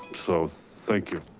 so thank you.